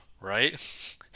right